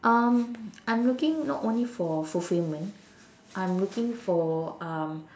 um I'm looking not only for fulfilment I'm looking for um